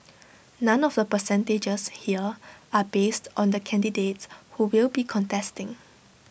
none of the percentages here are based on the candidates who will be contesting